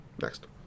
next